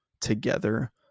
together